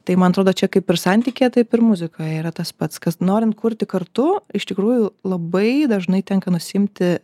tai man atrodo čia kaip ir santykyje taip ir muzikoje yra tas pats kas norint kurti kartu iš tikrųjų labai dažnai tenka nusiimti